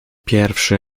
pierwszy